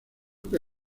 que